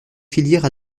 filière